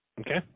Okay